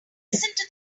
that